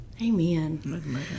Amen